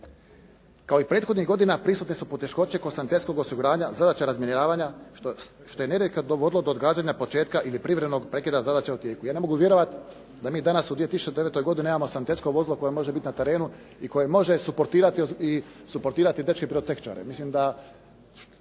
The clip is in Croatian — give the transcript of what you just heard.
Kao i prethodnih godina, prisutne su poteškoće … /Govornik se ne razumije./ … osiguranja zadaća razminiravanja, što je nerijetko dovodilo do odgađanja početka ili privremenog prekida zadaća u tijeku. Ja ne mogu vjerovati da mi danas u 2009. godini nemamo sanitetsko vozilo koje može biti na terenu i koje može suportirati dečke pirotehničare.